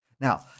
Now